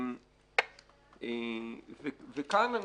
כאן,